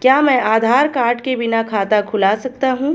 क्या मैं आधार कार्ड के बिना खाता खुला सकता हूं?